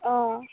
अ